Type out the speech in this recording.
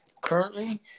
currently